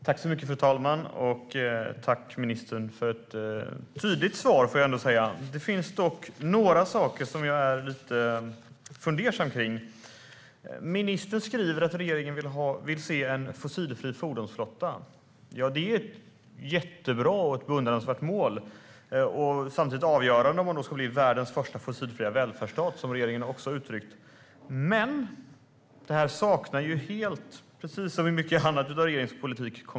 Fru talman! Tack, ministern, för ett tydligt svar! Det finns dock några saker som jag är lite fundersam över. Ministern skriver att regeringen vill se en fossilfri fordonsflotta. Det är ett jättebra och beundransvärt mål och samtidigt avgörande om man ska bli världens första fossilfria välfärdsstat, vilket regeringen också har uttryckt att man vill. Men det här saknar helt konkretion, precis som i mycket annat av regeringens politik.